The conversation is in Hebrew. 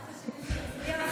נראה לך שמישהו יצליח?